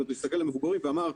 הוא הסתכל על מבוגרים ואמר,